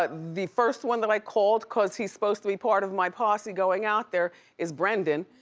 but the first one that i called, cause he's supposed to be part of my posse going out there is brendan.